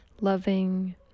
loving